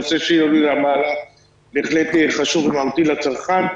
הנושא שיוליה מלינובסקי מעלה בהחלט חשוב וממתין לצרכן.